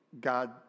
God